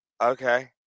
okay